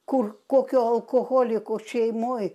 kur kokių alkoholikų šeimoj